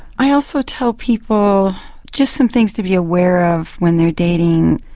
i also tell people just some things to be aware of when they are dating.